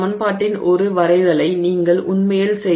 இந்த சமன்பாட்டின் ஒரு வரைதலை நீங்கள் உண்மையில் செய்தால்